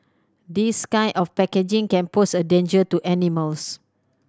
this kind of packaging can pose a danger to animals